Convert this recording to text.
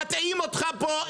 מטעים אותך פה,